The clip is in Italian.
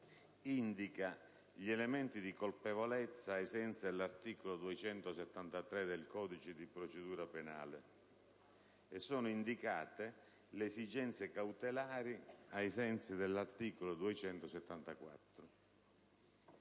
indica gli elementi di colpevolezza ai sensi dell'articolo 273 del codice di procedura penale, e in essa sono indicate le esigenze cautelari ai sensi dell'articolo 274